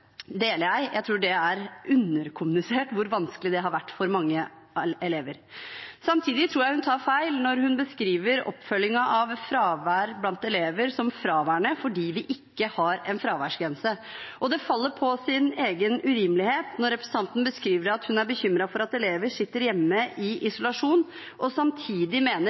deler jeg. Jeg tror det er underkommunisert hvor vanskelig det har vært for mange elever. Samtidig tror jeg hun tar feil når hun beskriver oppfølgingen av fravær blant elever som fraværende fordi vi ikke har en fraværsgrense. Det faller på sin egen urimelighet når representanten sier at hun er bekymret for at elever sitter hjemme i isolasjon, og samtidig mener